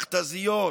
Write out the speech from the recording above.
מכת"זיות,